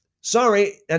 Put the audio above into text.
Sorry